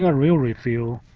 and real reveal,